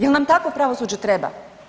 Jel nam takvo pravosuđe treba?